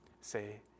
say